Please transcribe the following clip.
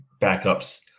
backups